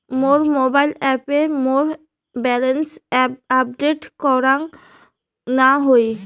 মোর mobile অ্যাপে মোর balance update করাং না হই